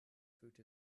fruit